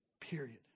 period